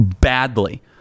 badly